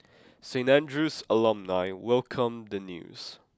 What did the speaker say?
Saint Andrew's alumni welcomed the news